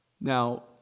Now